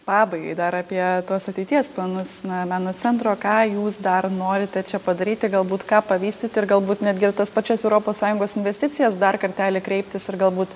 pabaigai dar apie tuos ateities planus na meno centro ką jūs dar norite čia padaryti galbūt ką pavystyti ir galbūt netgi į jau tas pačias europos sąjungos investicijas dar kartelį kreiptis ir galbūt